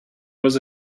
was